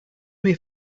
may